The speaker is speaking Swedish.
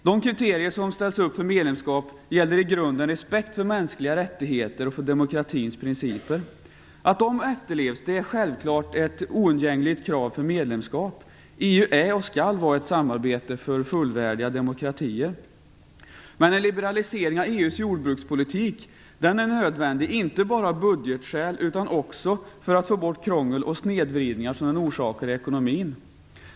De kriterier som ställs upp för medlemskap gäller i grunden respekt för mänskliga rättigheter och för demokratins principer. Att de efterlevs är självklart ett oundgängligt krav för medlemskap. EU är och skall vara ett samarbete för fullvärdiga demokratier. Men en liberalisering av EU:s jordbrukspolitik är nödvändig, inte bara av budgetskäl utan också för att få bort krångel och snedvridningar som den orsakar i ekonomin.